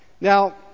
Now